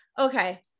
Okay